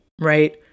right